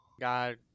God